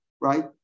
right